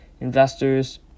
Investors